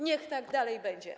Niech tak dalej będzie.